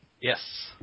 Yes